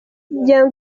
young